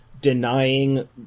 denying